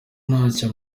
ntacyo